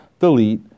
delete